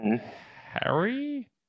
Harry